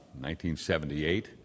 1978